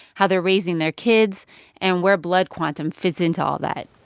how they're raising their kids and where blood quantum fits into all that